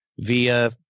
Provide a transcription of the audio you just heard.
via